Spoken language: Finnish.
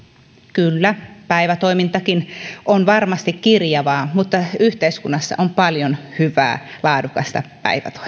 kyllä päivätoimintakin on varmasti kirjavaa mutta yhteiskunnassa on paljon hyvää laadukasta päivätoimintaa